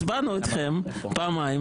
הצבענו איתכם פעמיים,